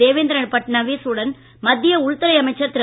தேவேந்திர பட்நவீஸ் உடன் மத்திய உள்துறை அமைச்சர் திரு